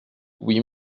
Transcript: oui